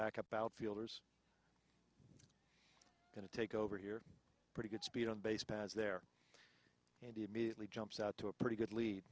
backup outfielders going to take over here pretty good speed on base pads there and he immediately jumps out to a pretty good lead